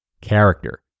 Character